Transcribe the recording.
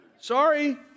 Sorry